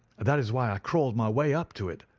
that is why i crawled my way up to it.